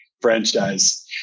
franchise